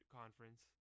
conference